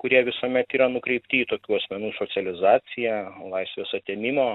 kurie visuomet yra nukreipti į tokių asmenų socializaciją laisvės atėmimo